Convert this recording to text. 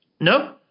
No